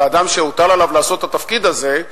אדם שהוטל עליו לעשות את התפקיד הזה,